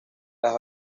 las